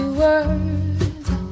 words